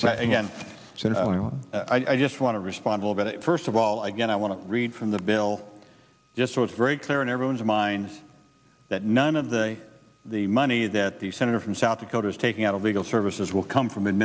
again so no i just want to respond well but first of all again i want to read from the bill just so it's very clear in everyone's mind that none of the the money that the senator from south dakota is taking out of legal services will come from the